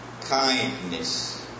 kindness